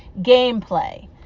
Gameplay